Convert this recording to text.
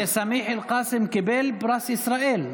וסמיח אל-קאסם קיבל פרס ישראל,